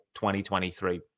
2023